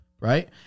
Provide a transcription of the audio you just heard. right